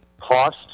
cost